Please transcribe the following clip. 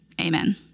Amen